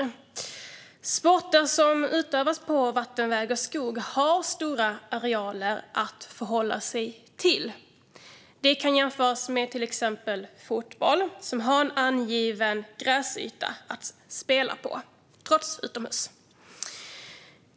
Inom sporter som utövas på vatten, på väg eller i skog har man stora arealer att förhålla sig till. Det kan jämföras med till exempel fotboll, där man har en angiven gräsyta att spela på även om man är utomhus.